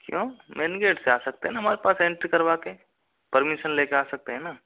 क्यों main gate से आ सकते हैं ना हमारे पास एंट्री करवा के परमिशन लेके आ सकते हैं ना